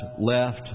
left